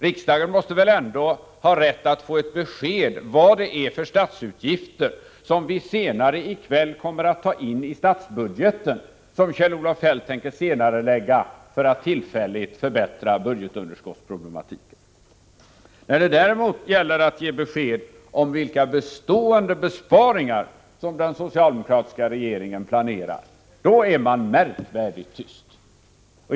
Riksdagen måste ha rätt att få ett besked om vad det är för statsutgifter — som vi senare i kväll kommer att ta in i statsbudgeten — Kjell-Olof Feldt tänker senarelägga för att tillfälligt förbättra budgetunderskottsproblematiken. När det gäller att ge besked om vilka bestående besparingar som den socialdemokratiska regeringen planerar är man märkvärdigt tyst.